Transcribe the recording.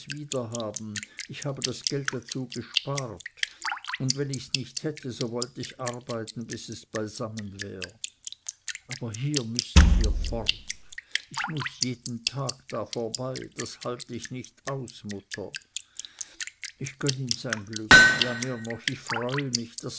wieder haben ich habe das geld dazu gespart und wenn ich's nicht hätte so wollt ich arbeiten bis es beisammen wär aber hier müssen wir fort ich muß jeden tag da vorbei das halt ich nicht aus mutter ich gönn ihm sein glück ja mehr noch ich freue mich daß